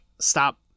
stop